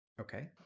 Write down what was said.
Okay